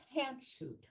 pantsuit